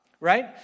Right